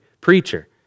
preacher